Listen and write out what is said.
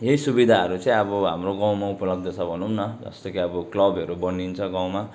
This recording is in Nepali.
यही सुविधाहरू चाहिँ अब हाम्रो गाउँमा उपलब्ध छ भनौँ न जस्तो कि अब क्लबहरू बनिन्छ गाउँमा